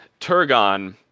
Turgon